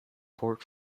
port